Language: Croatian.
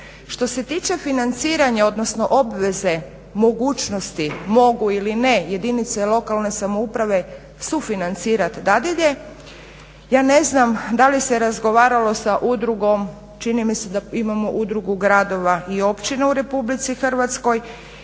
Što se tiče financiranja, odnosno obveze, mogućnosti, mogu ili ne jedinice lokalne samouprave sufinancirat dadilje ja ne znam da li se razgovaralo sa udrugom čini mi se da imamo udrugu gradova i općina u Republici Hrvatskoj